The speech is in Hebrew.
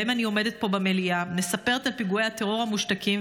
שבהם אני עומדת פה במליאה ומספרת על פיגועי הטרור המושתקים,